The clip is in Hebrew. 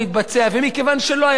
ומכיוון שלא היה דיון כלכלי,